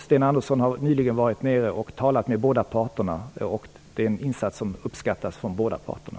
Sten Andersson har nyligen varit nere och talat med båda parterna, och det är en insats som också uppskattas av båda parterna.